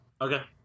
Okay